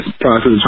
process